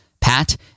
pat